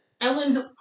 Ellen